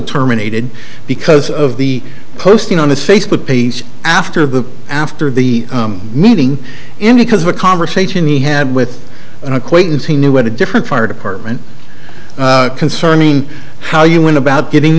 terminated because of the posting on his facebook page after the after the meeting and because of a conversation he had with an acquaintance he knew had a different fire department concerning how you went about getting